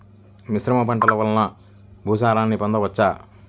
మిశ్రమ పంటలు వలన భూసారాన్ని పొందవచ్చా?